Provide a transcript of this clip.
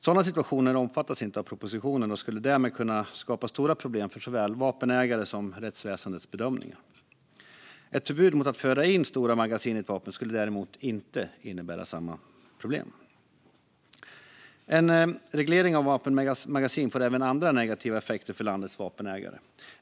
Sådana situationer omfattas inte av propositionen och skulle därmed kunna skapa stora problem för såväl vapenägare som rättsväsendets bedömningar. Ett förbud mot att föra in stora magasin i ett vapen skulle däremot inte innebära samma problem. En reglering av vapenmagasin får även andra negativa effekter för landets vapenägare.